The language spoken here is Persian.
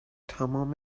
تمام